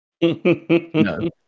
No